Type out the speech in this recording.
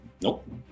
nope